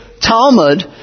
Talmud